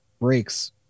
breaks